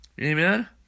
Amen